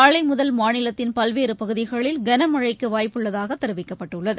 நாளை முதல் மாநிலத்தின் பல்வேறு பகுதிகளில் கனமழைக்கு வாய்ப்புள்ளதாக தெரிவிக்கப்பட்டுள்ளது